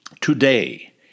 today